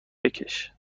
بکش